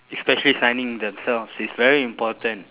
especially signing themselves is very important